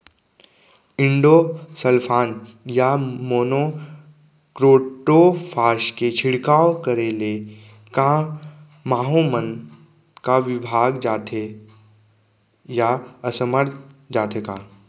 Endosulfan या monocrotophos के छिड़काव करे ले क माहो मन का विभाग जाथे या असमर्थ जाथे का?